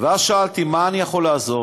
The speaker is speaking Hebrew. ואז שאלתי: מה אני יכול לעזור?